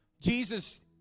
Jesus